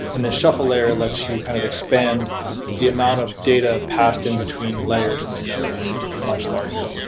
and the shuffle lair and lets you kind of expand the amount of data passed in between layers in the node to be much larger